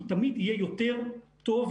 הוא תמיד יהיה יותר טוב,